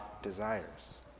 desires